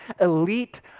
elite